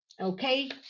Okay